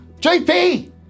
jp